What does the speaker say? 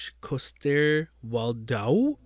Coster-Waldau